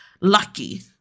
lucky